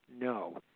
No